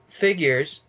figures